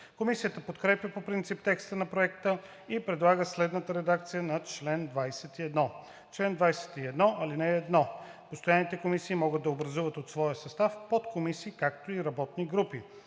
Комисията подкрепя по принцип текста на Проекта и предлага следната редакция на чл. 21: „Чл. 21. (1) Постоянните комисии могат да образуват от своя състав подкомисии, както и работни групи.